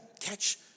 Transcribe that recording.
catch